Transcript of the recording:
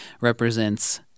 represents